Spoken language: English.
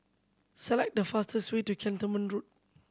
select the fastest way to Cantonment Road